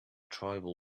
tribal